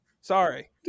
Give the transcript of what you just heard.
Sorry